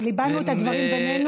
ליבנו את הדברים בינינו,